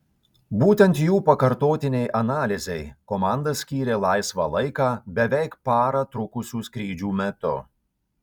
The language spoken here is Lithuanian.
būtent jų pakartotinei analizei komanda skyrė laisvą laiką beveik parą trukusių skrydžių metu